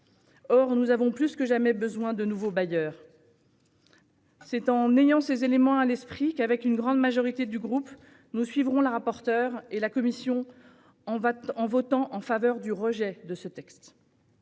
Or nous avons plus que jamais besoin de nouveaux bailleurs. C'est en ayant ces éléments à l'esprit que, avec une grande majorité du groupe Union Centriste, nous suivrons la rapporteure et la commission en votant contre l'adoption de ce texte.